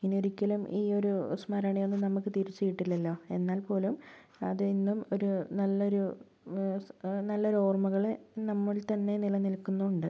ഇനിയൊരിക്കലും ഈ ഒരു സ്മരണയൊന്നും നമുക്ക് തിരിച്ച് കിട്ടില്ലല്ലോ എന്നാൽ പോലും അത് ഇന്നും ഒരു നല്ലൊരു നല്ലൊരു ഓർമ്മകള് നമ്മളിൽ തന്നെ നിലനിൽക്കുന്നുണ്ട്